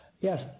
Yes